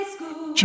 School